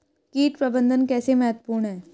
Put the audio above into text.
कीट प्रबंधन कैसे महत्वपूर्ण है?